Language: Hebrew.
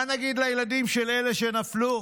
מה נגיד לילדים של אלה שנפלו?